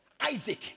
Isaac